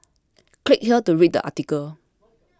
click here to read the article